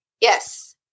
Yes